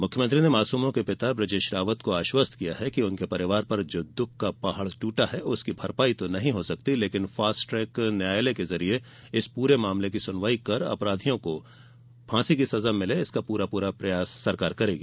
मुख्यमंत्री ने मासूमों के पिता बृजेश रावत को आश्वस्त किया है कि उनके परिवार पर जो दुख का पहाड़ दूटा है उसकी भरपाई तो नहीं हो सकती लेकिन फॉस्ट ट्रेक न्यायालय के जरिए इस पूरे मामले की सुनवाई कर अपराधियों को फांसी की सजा मिले इसका पूरा प्रयास सरकार करेगी